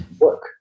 work